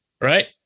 Right